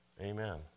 amen